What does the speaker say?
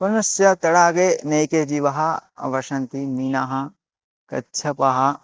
पुनश्च तडागे नैके जीवाः वसन्ति मीनः कच्छपः